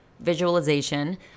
visualization